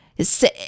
say